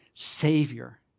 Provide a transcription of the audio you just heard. savior